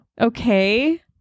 Okay